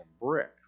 brick